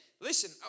listen